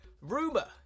Rumor